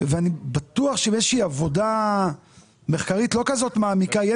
ואני בטוח שבאיזו שהיא עבודה מחקרית לא כזו מעמיקה יהיה